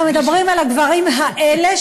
אנחנו מדברים על הגברים האלה,